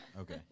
Okay